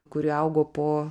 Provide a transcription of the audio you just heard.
kuri augo po